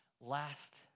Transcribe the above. Last